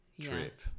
trip